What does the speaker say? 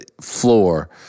floor